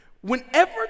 Whenever